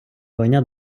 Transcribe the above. коня